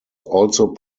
also